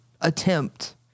attempt